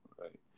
right